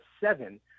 seven